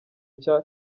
nshya